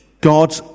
God